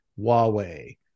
Huawei